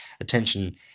attention